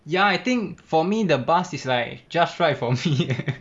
ya I think for me the bus is like just right for me eh